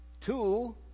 Two